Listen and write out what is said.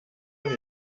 man